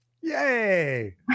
Yay